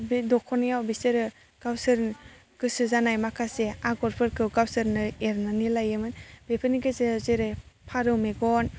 बे दख'नायाव बिसोरो गावसोर गोसो जानाय माखासे आग'रफोरखौ गावसोरनो एरनानै लायोमोन बेफोरनि गेजेर जेरै फारौ मेगन